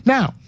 Now